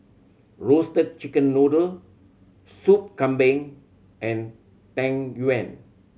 Roasted Chicken Noodle Sup Kambing and Tang Yuen